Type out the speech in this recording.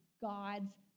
God's